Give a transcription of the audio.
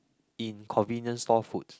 in convenience store food